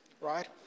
right